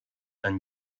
and